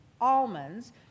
almonds